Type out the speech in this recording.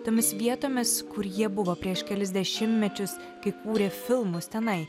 tomis vietomis kur jie buvo prieš kelis dešimmečius kai kūrė filmus tenai